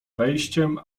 wejściem